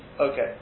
Okay